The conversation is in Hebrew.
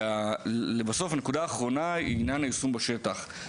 הנקודה האחרונה היא היישום בשטח.